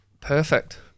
perfect